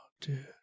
dude